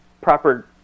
proper